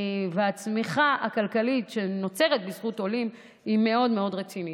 הצמיחה הכלכלית שנוצרת בזכות עולים היא מאוד מאוד רצינית.